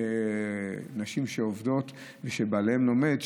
נשים שעובדות ושבעליהן לומדים,